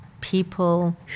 people